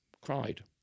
cried